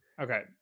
Okay